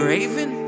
Raven